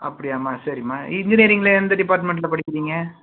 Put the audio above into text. அப்படியாம்மா சரிம்மா இன்ஜினியரிங்யில் எந்த டிப்பார்ட்மெண்ட்டில் படிக்கிறீங்க